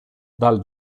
dal